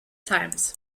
times